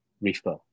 refer